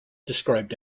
described